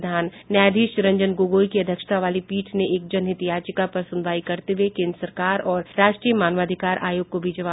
प्रधान न्यायाधीश रंजन गोगोई की अध्यक्षता वाली पीठ ने एक जनहित याचिका पर सुनवाई करते हुए केन्द्र सरकार और राष्ट्रीय मानवाधिकार आयोग को भी जवाब देने को कहा है